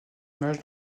image